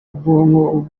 ubwonko